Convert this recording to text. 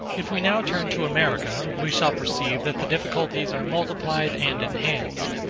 if we now turn to america, we shall perceive that the difficulties are multiplied and enhanced.